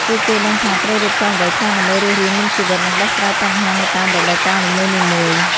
ពួកគេដឹងថាត្រូវរៀបចំអ្វីខ្លះដើម្បីរស់រានមានជីវិត និងដោះស្រាយបញ្ហានៅតាមរដូវកាលនីមួយៗ។